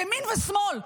ימין ושמאל,